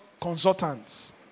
consultants